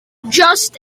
just